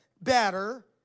better